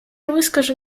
выскажу